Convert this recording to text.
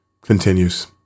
continues